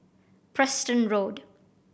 Preston Road